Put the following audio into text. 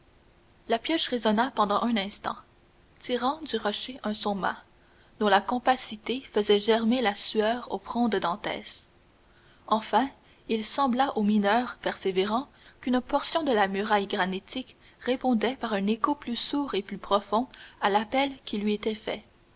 la pioche résonna pendant un instant tirant du rocher un son mat dont la compacité faisait germer la sueur au front de dantès enfin il sembla au mineur persévérant qu'une portion de la muraille granitique répondait par un écho plus sourd et plus profond à l'appel qui lui était fait